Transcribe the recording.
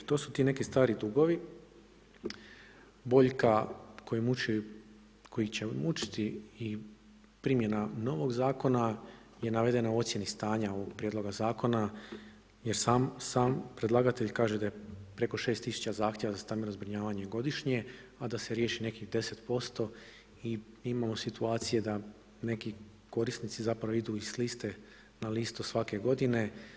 To su ti neki stari dugovi, boljka koja muči i koja će mučiti i primjena novog zakona je navedena u ocjeni stanja ovoga Prijedloga zakona, jer sam predlagatelj kaže da je preko 6.000 zahtjeva za stambeno zbrinjavanje godišnje, a da se riješi nekih 10% i imamo situacije da neki korisnici zapravo idu iz liste na listu sve godine.